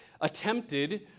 attempted